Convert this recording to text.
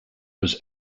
was